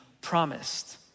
promised